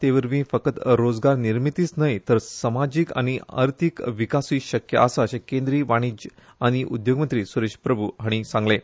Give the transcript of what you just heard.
ते वरवीं फकत रोजगार निर्मितीच न्हय तर समाजीक आनी अर्थीक विकासूय शक्य आसा अशें केंद्रीय वाणिज्य आनी उद्देग मंत्री सुरेश प्रभू हांणी सांगलें